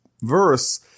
verse